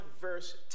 verse